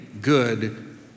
good